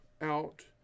out